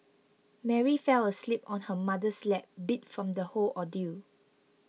Mary fell asleep on her mother's lap beat from the whole ordeal